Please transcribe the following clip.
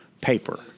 paper